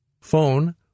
Phone